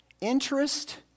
Interest